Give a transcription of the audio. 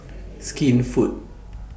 Skinfood